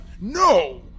no